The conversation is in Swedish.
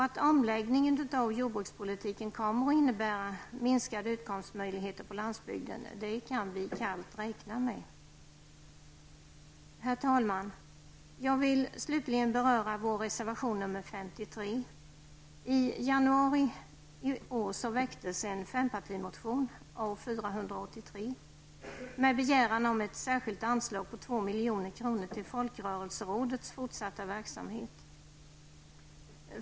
Att omläggningen av jordbrukspolitiken kommer att innebära minskade utkomstmöjligheter på landsbygden kan vi kallt räkna med. Herr talman! Jag vill slutligen beröra vår reservation 53. I januari i år väcktes en fempartimotion, A483, med begäran om ett särskilt anslag på 2 milj.kr. till Folkrörelserådets fortsatta verksamhet.